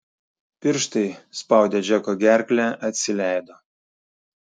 pirštai spaudę džeko gerklę atsileido